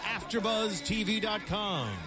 AfterBuzzTV.com